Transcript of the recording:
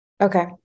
Okay